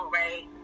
right